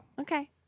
Okay